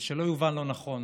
ושלא יובן לא נכון,